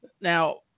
Now